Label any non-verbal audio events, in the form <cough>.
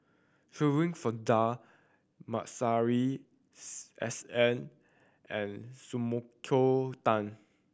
Shirin Fozdar Masuri <unintelligible> S N and Sumiko Tan